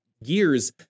years